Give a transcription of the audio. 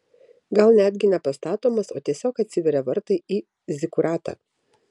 gal netgi ne pastatomas o tiesiog atsiveria vartai į zikuratą